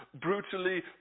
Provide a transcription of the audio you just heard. brutally